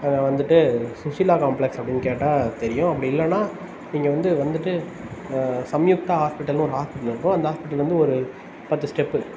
வந்துட்டு சுஷீலா காம்ப்லெக்ஸ் அப்படின்னு கேட்டால் தெரியும் அப்படி இல்லைன்னா நீங்கள் வந்து வந்துட்டு சம்யுக்தா ஹாஸ்பிடல்னு ஒரு ஹாஸ்பிடல் இருக்கும் அந்த ஹாஸ்பிட்டல்லிருந்து ஒரு பத்து ஸ்டெப்